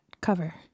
cover